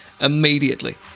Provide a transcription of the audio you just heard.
immediately